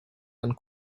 and